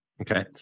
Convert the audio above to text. Okay